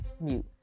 Mute